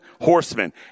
horsemen